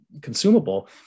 consumable